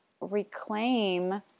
reclaim